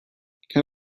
can